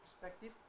perspective